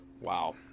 Wow